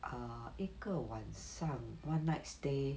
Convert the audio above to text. err 一个晚上 one night stay